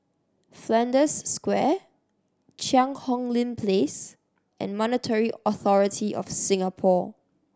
Flanders Square Cheang Hong Lim Place and Monetary Authority Of Singapore